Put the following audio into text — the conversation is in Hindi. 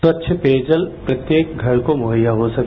स्वच्छ पेयजल प्रत्येक घर को मुहैया हो सके